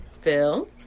Phil